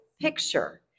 picture